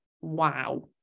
wow